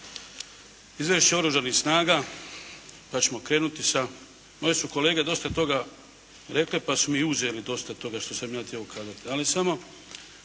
izvješće oružanih snaga. Pa ćemo krenuti sa, moji su kolege dosta rekle, pa su mi uzeli dosta toga što sam ja htio ukazati.